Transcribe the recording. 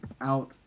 out